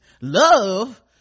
Love